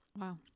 Wow